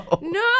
no